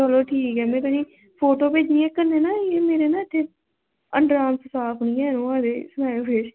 ठीक ऐ में तुसेंगी फोटो भेजनी आं ते में तुसेंगी